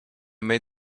made